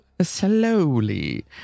slowly